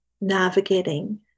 navigating